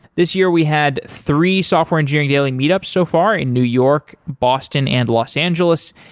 this year we had three software engineering daily meetups so far in new york, boston and los angeles.